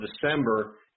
December